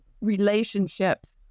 relationships